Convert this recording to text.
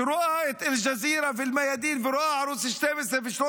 שרואה את אל-ג'זירה ואל-מיאדין ורואה ערוץ 12 ו-13,